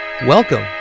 Welcome